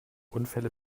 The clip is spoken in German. unfälle